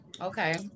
Okay